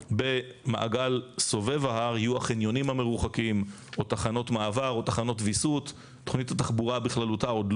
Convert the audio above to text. במעגל סובב ההר יהיו החניונים המרוחקים או תחנות מעבר או תחנות ויסות.